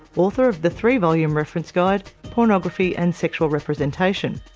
author of the three volume reference guide, pornography and sexual representation,